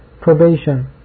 probation